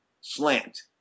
slant